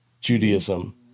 Judaism